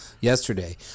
yesterday